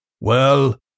Well